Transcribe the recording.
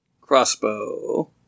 Crossbow